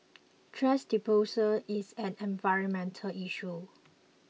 thrash disposal is an environmental issue